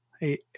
hey